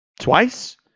Twice